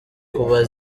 kuba